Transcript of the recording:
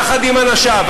יחד עם אנשיו,